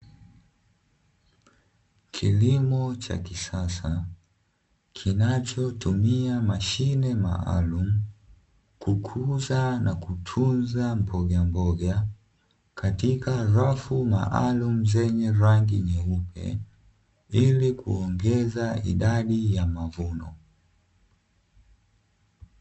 Kilimo cha kisasa, kinachotumia mashine maalumu kukuza na kutunza mbogamboga katika rafu maalumu zenye rangi nyeupe, ili kuongeza idadi ya mavuno.